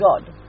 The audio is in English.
God